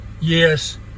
yes